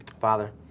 Father